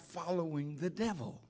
following the devil